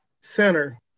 center